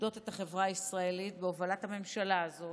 שפוקדות את החברה הישראלית בהובלת הממשלה הזאת,